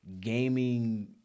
gaming